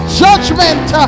judgment